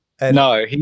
No